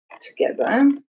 together